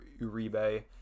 Uribe